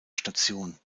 station